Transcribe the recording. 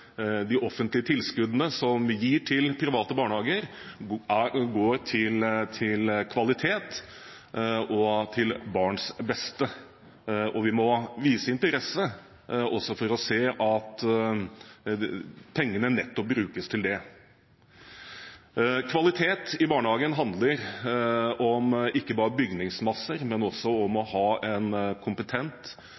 de offentlige tilskuddene som vi gir til private barnehager, går til kvalitet og til barns beste. Vi må vise interesse for å se til at pengene nettopp brukes til det. Kvalitet i barnehagen handler ikke bare om bygningsmasse, men også om å